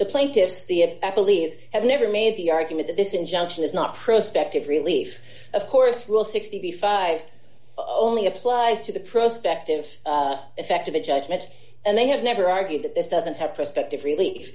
the apple e's have never made the argument that this injunction is not prospect of relief of course rule sixty five only applies to the prospect of effective a judgment and they have never argued that this doesn't have prospective relief